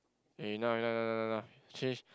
uh enough enough enough enough enough change